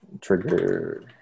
trigger